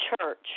church